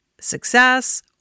success